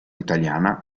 italiana